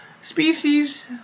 species